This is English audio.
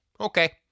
Okay